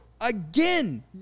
again